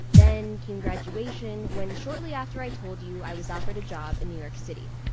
then came graduation when shortly after i told you i was offered a job in new york city.